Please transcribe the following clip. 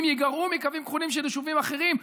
ייגרעו מקווים כחולים של יישובים אחרים,